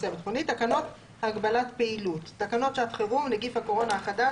"תקנות הגבלת פעילות" תקנות שעת חירום (נגיף הקורונה החדש,